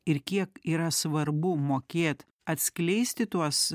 ir kiek yra svarbu mokėt atskleisti tuos